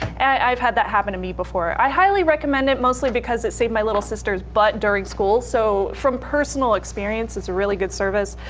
i've had that happen to me before. i highly recommend it mostly because it saved my little sister's butt during school. so from personal experience, it's a really good service.